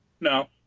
No